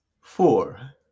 four